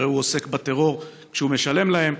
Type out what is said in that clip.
שהרי הוא עוסק בטרור כשהוא משלם להם.